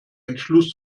entschluss